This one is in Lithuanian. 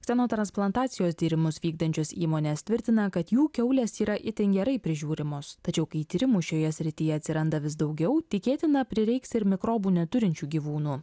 kseno transplantacijos tyrimus vykdančios įmonės tvirtina kad jų kiaulės yra itin gerai prižiūrimos tačiau kai tyrimų šioje srityje atsiranda vis daugiau tikėtina prireiks ir mikrobų neturinčių gyvūnų